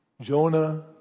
Jonah